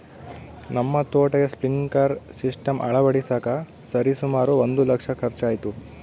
ನಮ್ಮ ತೋಟಕ್ಕೆ sprinkler system ಅಳವಡಿಸಕ ಸರಿಸುಮಾರು ಒಂದು ಲಕ್ಷ ಖರ್ಚಾಯಿತು